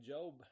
Job